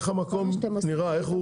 איך המקום נראה,